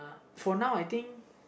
for now I think